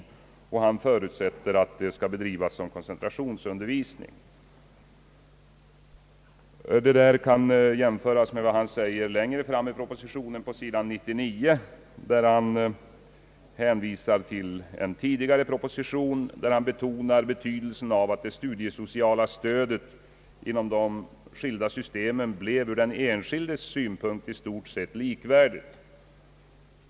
Departementschefen förutsätter att undervisningen skall bedrivas som koncentrationsundervisning. Detta kan jämföras med vad departementschefen säger längre fram i propositionen, på sid. 99, där han hänvisar till en tidigare proposition och där han betonar »betydelsen av att det stu diesociala stödet inom de skilda systemen blev ur den enskildes synpunkt i stort sett likvärdigt».